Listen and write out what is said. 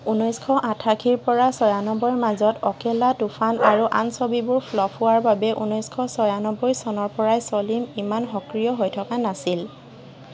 ঊনৈছশ আঠাশীৰ পৰা ছয়ানব্বৈৰ মাজত অকেলা তুফান আৰু আন ছবিবোৰ ফ্লপ হোৱাৰ বাবে ঊনৈছশ ছয়ানব্বৈ চনৰ পৰাই চলিম ইমান সক্ৰিয় হৈ থকা নাছিল